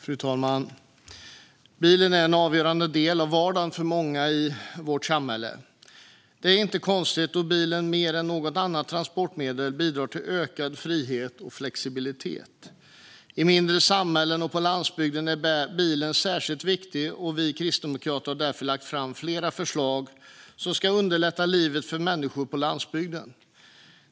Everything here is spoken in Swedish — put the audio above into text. Fru talman! Bilen är en avgörande del av vardagen för många i vårt samhälle. Det är inte konstigt, då bilen mer än något annat transportmedel bidrar till ökad frihet och flexibilitet. I mindre samhällen och på landsbygden är bilen särskilt viktig, och vi kristdemokrater har därför lagt fram flera förslag som ska underlätta livet för människor på landsbygden.